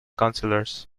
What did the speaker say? councillors